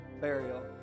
burial